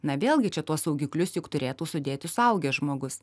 na vėlgi čia tuos saugiklius juk turėtų sudėti suaugęs žmogus